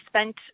spent